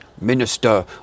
minister